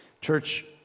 Church